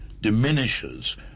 diminishes